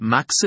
Max